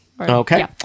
Okay